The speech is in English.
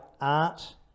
art